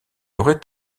aurait